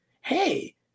Hey